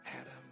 Adam